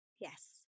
Yes